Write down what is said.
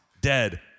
Dead